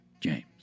James